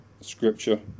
scripture